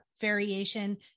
variation